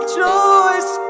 choice